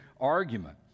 argument